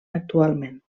actualment